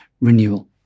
renewal